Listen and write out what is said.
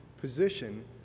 position